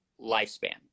lifespan